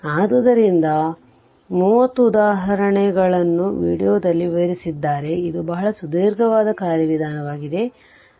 ಆದ್ದರಿಂದ 30 ಉದಾಹರಣೆಗಳನ್ನು ವಿಡಿಯೋದಲ್ಲಿ ವಿವರಿಸಿದ್ದಾರೆ ಇದು ಬಹಳ ಸುದೀರ್ಘವಾದ ಕಾರ್ಯವಿಧಾನವಾಗಿದೆ